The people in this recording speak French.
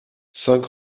cinq